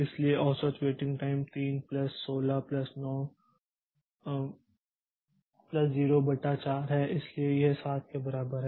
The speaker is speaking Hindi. इसलिए औसत waiting time 3 plus 16 plus 9 plus 0 बटा 4 है इसलिए यह 7 के बराबर है